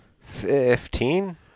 Fifteen